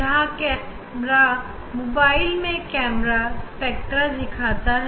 यहां camera mobile से हम स्पेक्ट्रा देख रहे है